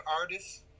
artists